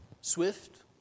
swift